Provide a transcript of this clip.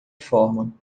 forma